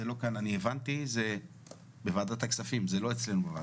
הבנתי שזה בוועדת הכספים ולא כאן.